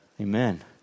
Amen